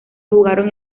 jugaron